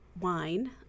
wine